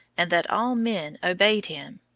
and that all men obeyed him.